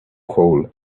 hole